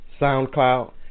SoundCloud